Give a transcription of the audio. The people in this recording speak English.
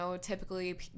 typically